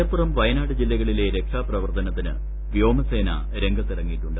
മലപ്പുരുപ്പിയനാട് ജില്ലകളിലെ രക്ഷാപ്രവർത്തനത്തിന് പ്യോമസേന രംഗത്തിറങ്ങിയിട്ടുണ്ട്